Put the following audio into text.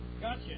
Gotcha